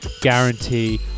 guarantee